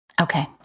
Okay